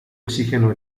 oxígeno